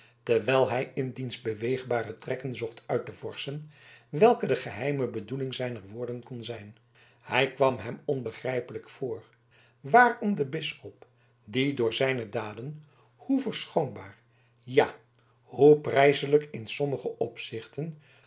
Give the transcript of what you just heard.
terwijl hij in diens beweegbare trekken zocht uit te vorschen welke de geheime bedoeling zijner woorden kon zijn het kwam hem onbegrijpelijk voor waarom de bisschop die door zijne daden hoe verschoonbaar ja hoe prijselijk in sommige opzichten